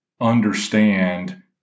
understand